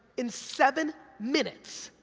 in seven minutes,